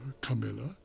Camilla